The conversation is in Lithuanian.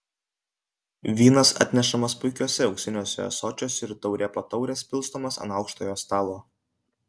vynas atnešamas puikiuose auksiniuose ąsočiuose ir taurė po taurės pilstomas ant aukštojo stalo